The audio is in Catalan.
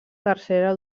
tercera